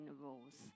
rules